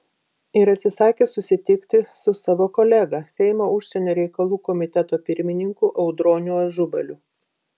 ir atsisakė susitikti su savo kolega seimo užsienio reikalų komiteto pirmininku audroniu ažubaliu